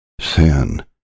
Sin